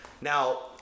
Now